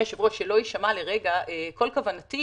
כל כוונתי